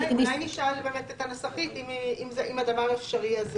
אולי נשאל באמת את הנסחית אם הדבר אפשרי?